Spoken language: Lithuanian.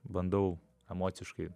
bandau emociškai